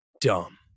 dumb